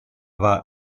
war